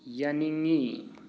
ꯌꯥꯅꯤꯡꯉꯤ